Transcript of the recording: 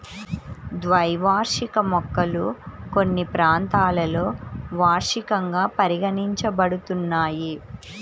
ద్వైవార్షిక మొక్కలు కొన్ని ప్రాంతాలలో వార్షికంగా పరిగణించబడుతున్నాయి